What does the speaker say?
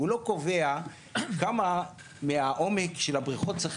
הוא לא קובע כה העומק של הבריכות צריך